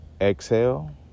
Exhale